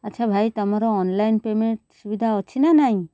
ଆଚ୍ଛା ଭାଇ ତମର ଅନଲାଇନ୍ ପେମେଣ୍ଟ ସୁବିଧା ଅଛି ନା ନାହିଁ